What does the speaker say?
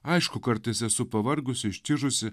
aišku kartais esu pavargusi ištižusi